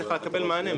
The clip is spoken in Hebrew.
וצריך לקבל מענה מהם.